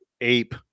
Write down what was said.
ape